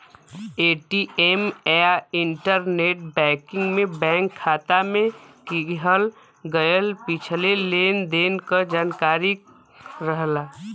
ATM या internet banking में bank खाता में किहल गयल पिछले लेन देन क जानकारी रहला